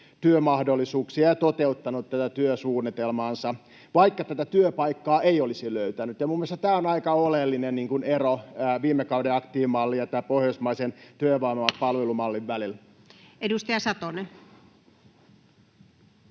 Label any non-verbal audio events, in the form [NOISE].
työmahdollisuuksia ja toteuttanut tätä työsuunnitelmaansa, vaikka tätä työpaikkaa ei olisi löytänyt. Minun mielestäni tämä on aika oleellinen ero viime kauden aktiivimalliin ja tämän pohjoismaisen työvoimapalvelumallin [NOISE] välillä. Edustaja Satonen.